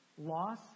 loss